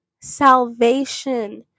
salvation